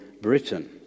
Britain